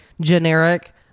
generic